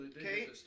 okay